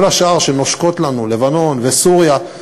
כל השאר שנושקות לנו, לבנון וסוריה,